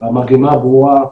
המגמה ברורה,